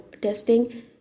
testing